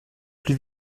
plus